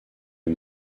les